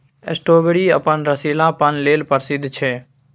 strawberry अपन रसीलापन लेल प्रसिद्ध छै